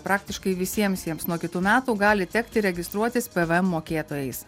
praktiškai visiems jiems nuo kitų metų gali tekti registruotis pvm mokėtojais